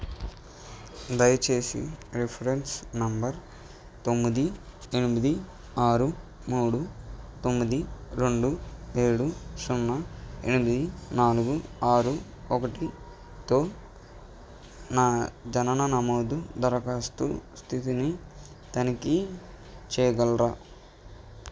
దయచేసి reference number తొమ్మిది ఎనిమిది ఆరు మూడు తొమ్మిది రెండు ఏడు సున్నా ఎనిమిది నాలుగు ఆరు ఒకటితో నా జనన నమోదు దరఖాస్తు స్థితిని తనిఖీ చేయగలరా